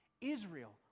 Israel